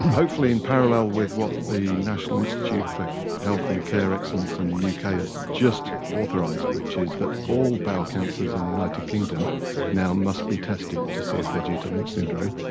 hopefully in parallel with what the national institute for health and care excellence in the yeah uk ah has just authorised, which is that all bowel cancers in the united kingdom now must be tested to see if they're due to lynch syndrome.